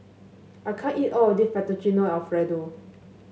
I can't eat all of this Fettuccine Alfredo